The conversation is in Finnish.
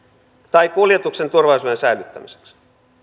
tai kuljetuksen turvallisuuden säilyttämiseksi